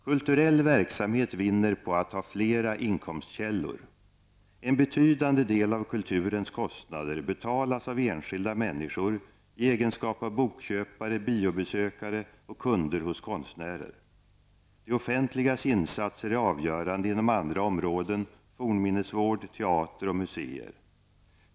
Kulturell verksamhet vinner på att ha flera inkomstkällor. En betydande del av kulturens kostnader betalas av enskilda människor i egenskap av bokköpare, biobesökare, och kunder hos konstnärer. Det offentligas insatser är avgörande inom andra områden: fornminnesvård, teater och museer.